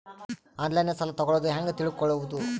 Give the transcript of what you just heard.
ಆನ್ಲೈನಾಗ ಸಾಲ ತಗೊಳ್ಳೋದು ಹ್ಯಾಂಗ್ ತಿಳಕೊಳ್ಳುವುದು?